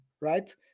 right